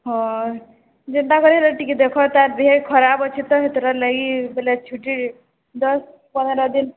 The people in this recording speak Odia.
ହଁ ଯିବାକରି ହେଲେ ଟିକିଏ ଦେଖ ତା'ର ଦେହ ଖରାପ ଅଛି ତ ସେଥିଟାର ଲାଗି ବୋଲେ ଛୁଟି ଦଶ ପନ୍ଦର ଦିନ